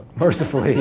mercifully, yeah.